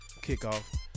kickoff